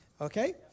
Okay